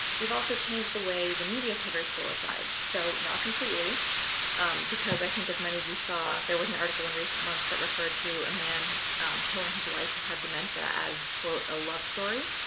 we've also changed the way the media covers filicide. so not completely because i think as many of you saw there was an article in recent months that referred to a man killing his wife who had dementia as, quote, a love story.